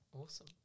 Awesome